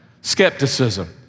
Skepticism